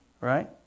right